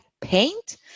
paint